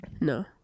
No